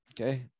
okay